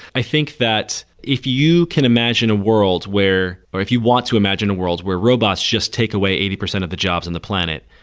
i think that if you can imagine a world where or if you want to imagine a world where robots just take away eighty percent of the jobs in the planet,